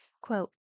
Quote